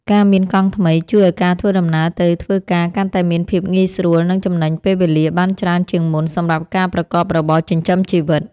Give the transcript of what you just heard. ការមានកង់ថ្មីជួយឱ្យការធ្វើដំណើរទៅធ្វើការកាន់តែមានភាពងាយស្រួលនិងចំណេញពេលវេលាបានច្រើនជាងមុនសម្រាប់ការប្រកបរបរចិញ្ចឹមជីវិត។